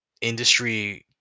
industry